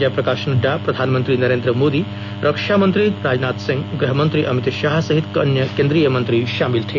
जयप्रकाश नड्डा प्रधानमंत्री नरेन्द्र मोदी रक्षा मंत्री राजनाथ सिंह गृहमंत्री अमित शाह सहित अन्य केन्द्रीय मंत्री शामिल थे